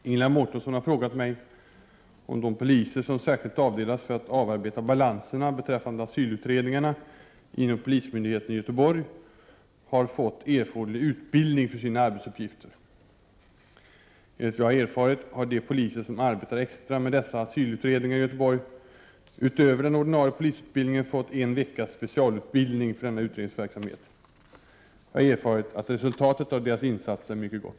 Fru talman! Ingela Mårtensson har frågat mig om de poliser som särskilt avdelats för att avarbeta balanserna beträffande asylutredningarna inom polismyndigheten i Göteborg har fått erforderlig utbildning för sina arbetsuppgifter. Enligt vad jag erfarit har de poliser som arbetar extra med dessa asylutredningar i Göteborg, utöver den ordinarie polisutbildningen, fått en veckas specialutbildning för denna utredningsverksamhet. Jag har erfarit att resultatet av deras insatser är mycket gott.